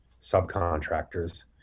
subcontractors